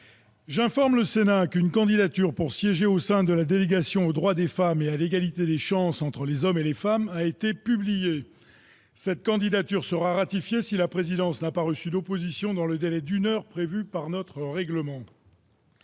J'informe le Sénat qu'une candidature pour siéger au sein de la délégation aux droits des femmes et à l'égalité des chances entre les hommes et les femmes, a été publié cette candidature sera ratifié si la présidence n'a pas reçu d'opposition dans le délai d'une heure prévue par notre règlement.